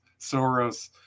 Soros